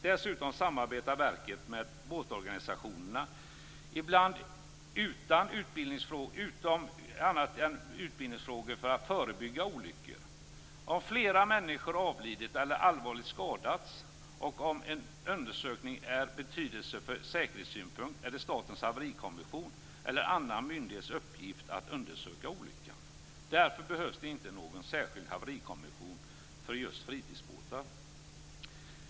Dessutom samarbetar verket med båtorganisationerna i bl.a. utbildningsfrågor för att förebygga olyckor. Om flera människor avlidit eller allvarligt skadats och om en undersökning är av betydelse ur säkerhetssynpunkt är det Statens haverikommissions eller annan myndighets uppgift att undersöka olyckan. Därför behövs det inte någon särskild haverikommission för just fritidsbåtar.